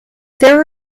there